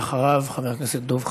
אחריו, חבר הכנסת דב חנין.